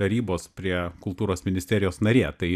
tarybos prie kultūros ministerijos narė tai